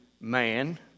man